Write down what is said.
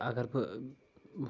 اگر بہٕ